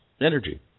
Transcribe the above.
Energy